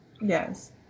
Yes